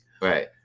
Right